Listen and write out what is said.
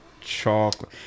chocolate